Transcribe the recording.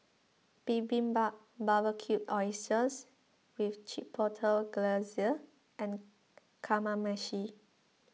Bibimbap Barbecued Oysters with Chipotle Glazer and Kamameshi